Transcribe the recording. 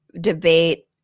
debate